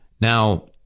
Now